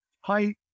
hi